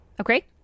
Okay